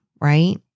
right